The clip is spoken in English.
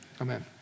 Amen